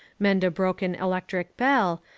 mend a broken electric bell,